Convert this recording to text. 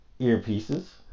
earpieces